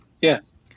Yes